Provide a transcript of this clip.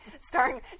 starring